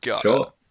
Sure